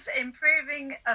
improving